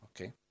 Okay